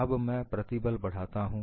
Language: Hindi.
अब मैं प्रतिबल बढ़ाता हूं